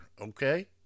okay